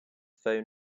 phone